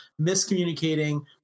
miscommunicating